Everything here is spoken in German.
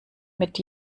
mit